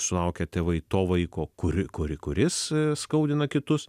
sulaukia tėvai to vaiko kuri kuri kuris skaudina kitus